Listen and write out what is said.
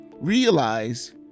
realize